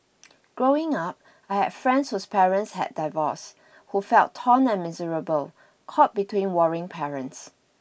growing up I have friends whose parents had divorced who felt torn and miserable caught between warring parents